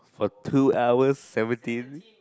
for two hours seventy